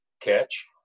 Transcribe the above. catch